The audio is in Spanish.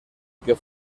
que